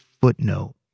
footnote